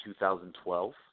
2012